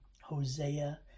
Hosea